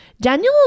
Daniel